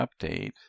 update